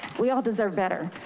we all deserve better.